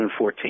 2014